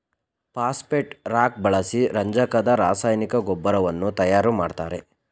phosphate rock ಬಳಸಿ ರಂಜಕದ ರಾಸಾಯನಿಕ ಗೊಬ್ಬರವನ್ನು ತಯಾರು ಮಾಡ್ತರೆ